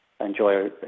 enjoy